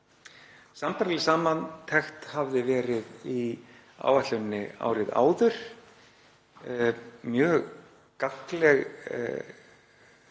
Sambærileg samantekt hafði verið í áætluninni árið áður, mjög gagnleg